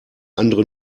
andere